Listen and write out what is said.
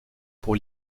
pour